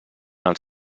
els